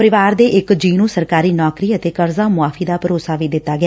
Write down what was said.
ਪਰਿਵਾਰ ਦੇ ਇਕ ਜੀਅ ਸਰਕਾਰੀ ਨੌਕਰੀ ਅਤੇ ਕਰਜ਼ਾ ਮੁਆਫੀ ਦਾ ਭਰੋਸਾ ਵੀ ਦਿੱਤਾ ਗਿਆ